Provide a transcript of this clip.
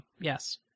Yes